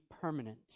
permanent